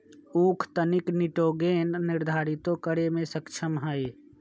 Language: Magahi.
उख तनिक निटोगेन निर्धारितो करे में सक्षम हई